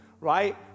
right